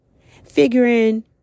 Figuring